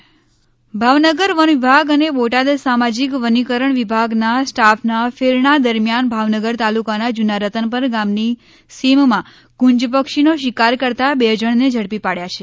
પક્ષી શિકાર ભાવનગર વન વિભાગ અને બોટાદ સામાજિક વનીકરણ વિભાગના સ્ટાફના ફેરણા દરમિયાન ભાવનગર તાલુકાના જૂના રતનપર ગામની સીમમાં કુંજપક્ષીનો શિકાર કરતા બે જણને ઝડપી પડ્યા છે